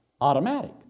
automatic